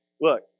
look